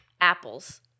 apples